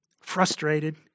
frustrated